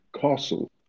Castle